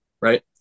right